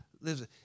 Listen